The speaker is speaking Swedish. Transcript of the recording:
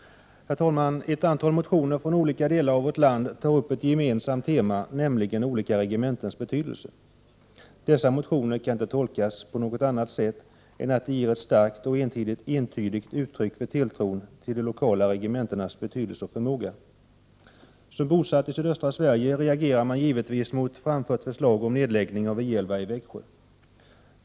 Herr talman! I ett antal motioner från olika delar av vårt land tas ett gemensamt tema upp, nämligen olika regementens betydelse. Dessa motioner kan bara tolkas på ett sätt: De ger ett starkt och entydigt uttryck för tilltron till de lokala regementenas betydelse och förmåga. Som bosatt i sydöstra Sverige reagerar jag givetvis mot framfört förslag om nedläggning av I 11:i Växjö.